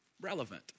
relevant